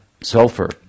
sulfur